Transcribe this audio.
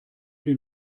den